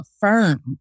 firm